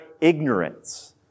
ignorance